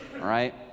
right